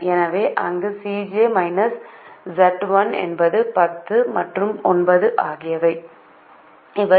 எனவே அங்கு Cj Zj என்பது 10 மற்றும் 9 ஆகியவை